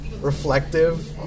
reflective